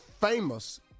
famous